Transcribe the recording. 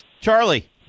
Charlie